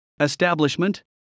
establishment